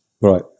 right